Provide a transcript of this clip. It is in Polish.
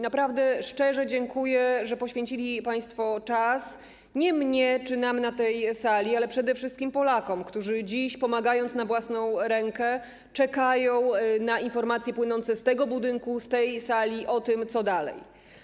Naprawdę szczerze dziękuję, że poświęcili państwo czas nie mnie czy nam na tej sali, ale przede wszystkim Polakom, którzy dziś, pomagając na własną rękę, czekają na informacje płynące z tego budynku, z tej sali dotyczące tego, co dalej.